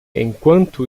enquanto